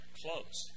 close